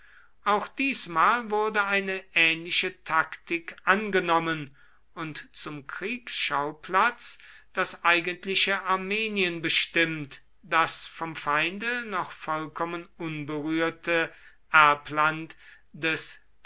auch diesmal wurde eine ähnliche taktik angenommen und zum kriegsschauplatz das eigentliche armenien bestimmt das vom feinde noch vollkommen unberührte erbland des